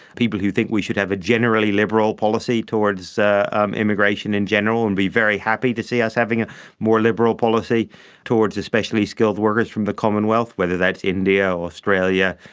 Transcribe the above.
people who think we should have a generally liberal policy towards ah um immigration in general and be very happy to see us having a more liberal policy towards especially skilled workers from the commonwealth, whether that's india, australia,